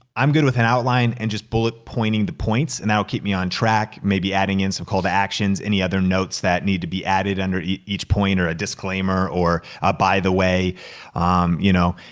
i'm good with an outline and just bullet pointing the points. and that'll keep me on track, maybe adding in some call-to-actions, any other notes that need to be added under each point, or a disclaimer, or a by-the-way, you know?